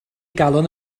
galon